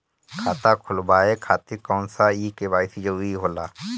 खाता खोलवाये खातिर कौन सा के.वाइ.सी जरूरी होला?